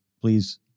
please